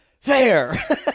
Fair